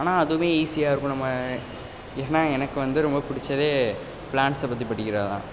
ஆனால் அதுவுமே ஈஸியாக இருக்கும் நம்ம ஏனால் எனக்கு வந்து ரொம்ப பிடிச்சதே பிளாண்ட்ஸை பற்றி படிக்கிறதுதான்